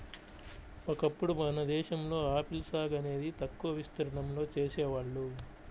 ఒకప్పుడు మన దేశంలో ఆపిల్ సాగు అనేది తక్కువ విస్తీర్ణంలో చేసేవాళ్ళు